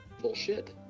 bullshit